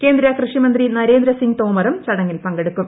കേന്ദ്ര കൃഷിമന്ത്രി നരേന്ദ്രസിംഗ് തോമറും ചടങ്ങിൽ പങ്കെടുക്കും